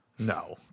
No